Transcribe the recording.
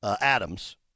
Adams